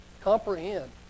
comprehend